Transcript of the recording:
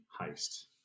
heist